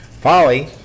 Folly